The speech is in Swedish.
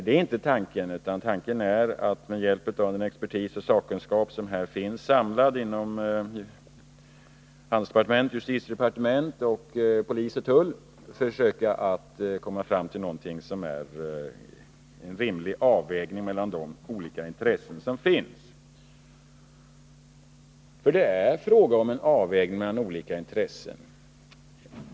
Det är inte tanken, utan tanken är att vi med hjälp av den expertis och den sakkunskap som finns samlad inom handelsoch justitiedepartementen, polis och tull skall försöka komma fram till någonting som är en rimlig avvägning mellan de olika intressen som finns. Det är nämligen fråga om en avvägning mellan olika intressen.